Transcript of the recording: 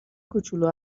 کوچولو